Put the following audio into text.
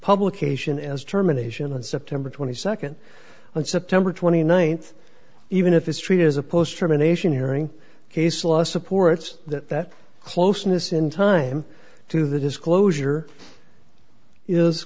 publication as terminations on september twenty second on september twenty ninth even if history is opposed germination hearing case law supports that that closeness in time to the disclosure is